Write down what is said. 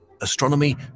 astronomy